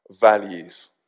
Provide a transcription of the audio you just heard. values